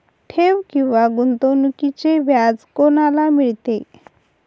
ठेव किंवा गुंतवणूकीचे व्याज कोणाला मिळते?